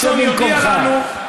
שב במקומך.